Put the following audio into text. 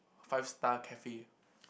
five star cafe